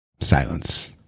Silence